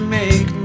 make